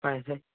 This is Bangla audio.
পায়েসে